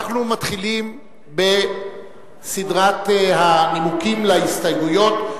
אנחנו מתחילים בסדרת הנימוקים להסתייגויות,